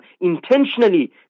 intentionally